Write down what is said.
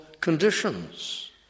conditions